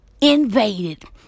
invaded